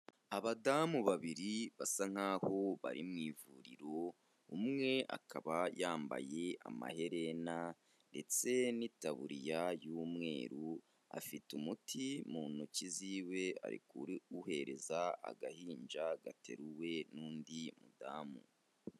Abadamu babiri basa nk'aho bari mu ivuriro, umwe akaba yambaye amaherena, ndetse n'itaburiya y'umweru, afite umuti mu ntoki ziwe ari kuwuhereza agahinja gateruwe n'undi mudamu.